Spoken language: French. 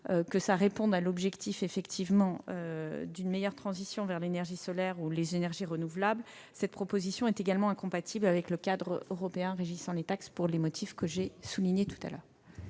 pas répondre à l'objectif d'une meilleure transition vers l'énergie solaire ou les énergies renouvelables. Cette proposition est également incompatible avec le droit européen régissant les taxes pour les motifs que j'ai soulignés tout à l'heure.